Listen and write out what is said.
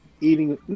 eating